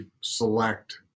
select